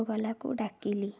ଅଟୋବାଲାକୁ ଡାକିଲି